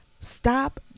stop